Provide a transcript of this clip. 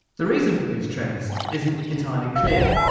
the reasons for these trends isn't entirely clear.